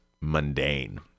mundane